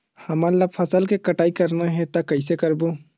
हमन ला फसल के कटाई करना हे त कइसे करबो?